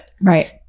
Right